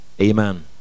Amen